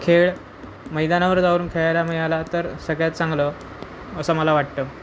खेळ मैदानावर जाऊन खेळायला मिळाला तर सगळ्यात चांगलं असं मला वाटतं